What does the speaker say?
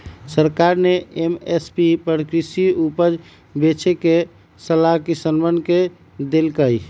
सरकार ने एम.एस.पी पर कृषि उपज बेचे के सलाह किसनवन के देल कई